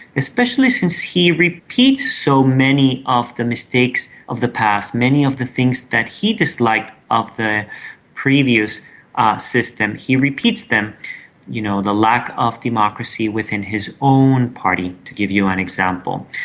especially since he repeats so many of the mistakes of the past. many of the things that he disliked of the previous ah system, he repeats them you know, the lack of democracy within his own party, to give you an example,